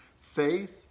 faith